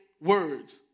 words